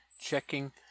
Checking